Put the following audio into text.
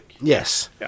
Yes